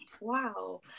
Wow